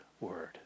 word